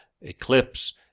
Eclipse